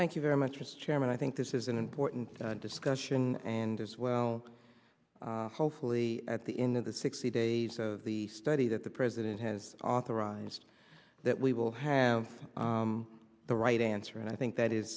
thank you very much mr chairman i think this is an important discussion and as well hopefully at the end of the sixty days of the study that the president has authorized that we will have the right answer and i think that is